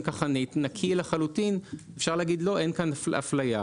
נקי לחלוטין אפשר להגיד שאין כאן אפליה.